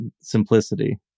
simplicity